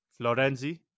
Florenzi